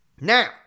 Now